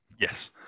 Yes